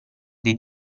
dei